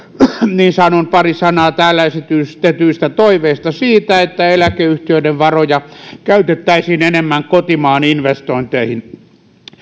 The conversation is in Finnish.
niin sanon pari sanaa täällä esitetyistä toiveista siitä että eläkeyhtiöiden varoja käytettäisiin enemmän kotimaan investointeihin